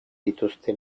dituzte